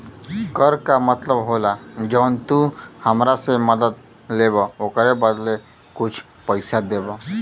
कर का मतलब होला जौन तू हमरा से मदद लेबा ओकरे बदले कुछ पइसा देबा